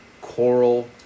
coral